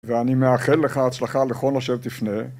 ואני מאחל לך הצלחה בכל אשר תפנה.